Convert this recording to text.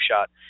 shot